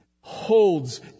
holds